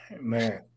Man